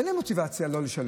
אין להם מוטיבציה לא לשלם.